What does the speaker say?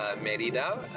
Merida